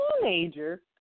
teenager